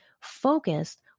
focused